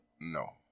No